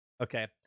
okay